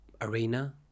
arena